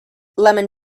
lemon